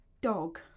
dog